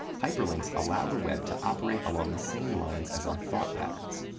hyperlinks allow the web to operate along the same lines as our thought patterns.